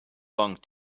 long